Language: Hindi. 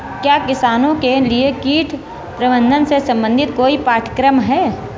क्या किसानों के लिए कीट प्रबंधन से संबंधित कोई पाठ्यक्रम है?